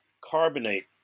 carbonate